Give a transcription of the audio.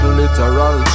literal